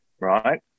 Right